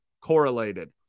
correlated